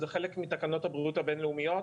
זה חלק מתקנות הבריאות הבין-לאומיות.